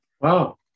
Wow